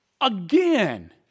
again